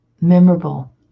memorable